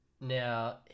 now